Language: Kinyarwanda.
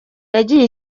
yagiye